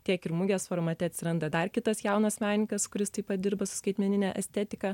tiek ir mugės formate atsiranda dar kitas jaunas menininkas kuris taip pat dirba su skaitmenine estetika